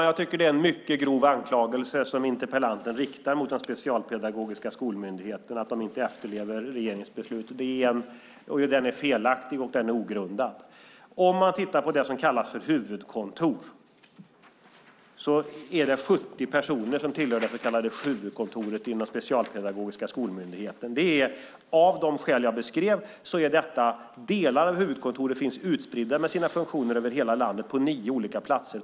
Herr talman! Det är en mycket grov anklagelse som interpellanten riktar mot Specialpedagogiska skolmyndigheten att den inte efterlever regeringens beslut. Den är felaktig, och den är ogrundad. Om man tittar på det som kallas för huvudkontor är det 70 personer som tillhör det så kallade huvudkontoret inom den Specialpedagogiska skolmyndigheten. Av de skäl jag beskrev finns delar av huvudkontoret utspridda med sina funktioner över hela landet på nio olika platser.